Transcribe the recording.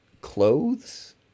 clothes